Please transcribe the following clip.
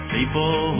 People